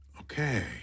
Okay